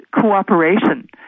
cooperation